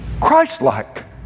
Christ-like